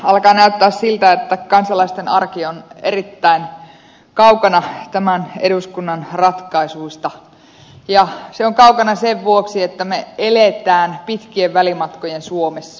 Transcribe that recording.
alkaa näyttää siltä että kansalaisten arki on erittäin kaukana tämän eduskunnan ratkaisuista ja se on kaukana sen vuoksi että me elämme pitkien välimatkojen suomessa